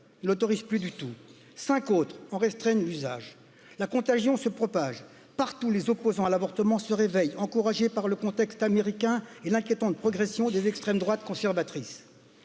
états n'autorisent plus du tout et cinq autres en restreignent l'usage la contagion se propage partout les opposants à l'avortement se réveillent encouragés par le contexte américain et l'inquiétante des extrêmes droites conservatrices